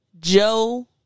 joe